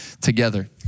together